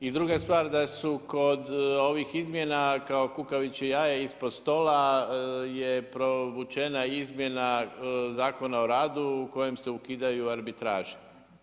I druga stvar da su kod ovih izmjena kao kukavičje jaje ispod stola je provučena izmjena Zakona o radu kojim se ukidaju arbitraže.